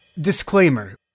Disclaimer